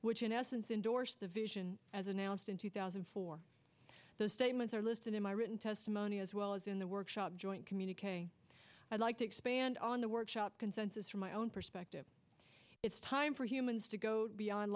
which in essence indorse the vision as announced in two thousand and four those statements are listed in my written testimony as well as in the workshop joint communiqu i'd like to expand on the workshop consensus from my own perspective it's time for humans to go beyond